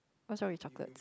what wrong with chocolate